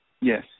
Yes